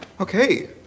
Okay